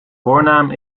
voornaam